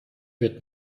wird